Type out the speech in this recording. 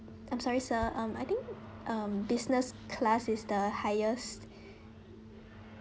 I'm sorry sir um I think um business class is the highest